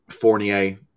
fournier